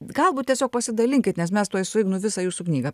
galbūt tiesiog pasidalinkit nes mes tuoj su ignu visą jūsų knygą